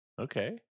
Okay